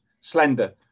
slender